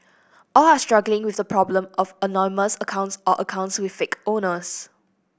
all are struggling with the problem of anonymous accounts or accounts with fake owners